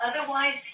Otherwise